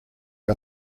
are